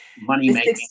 Money-making